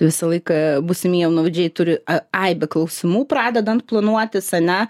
visą laiką būsimi jaunavedžiai turi aibę klausimų pradedant planuotis ane